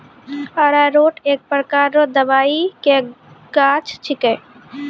अरारोट एक प्रकार रो दवाइ के गाछ छिके